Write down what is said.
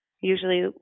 usually